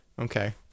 Okay